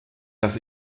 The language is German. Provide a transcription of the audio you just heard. dass